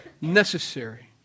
necessary